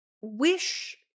wish